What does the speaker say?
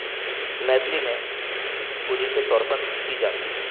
میتھلی میں بولی کے طور پر کی جاتی ہے